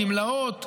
גמלאות,